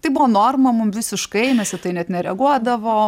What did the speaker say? tai buvo norma mum visiškai mes į tai net nereaguodavom